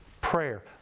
prayer